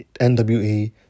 NWA